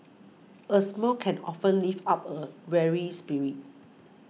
a smile can often lift up a weary spirit